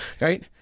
right